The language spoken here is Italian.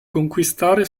conquistare